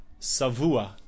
Savua